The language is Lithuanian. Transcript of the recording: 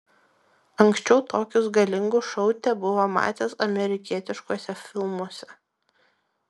anksčiau tokius galingus šou tebuvo matęs amerikietiškuose filmuose